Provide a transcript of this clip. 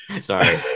Sorry